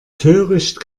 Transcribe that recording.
töricht